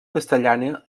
castellana